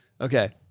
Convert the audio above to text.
Okay